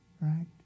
Right